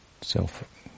self